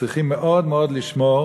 צריכים מאוד מאוד לשמור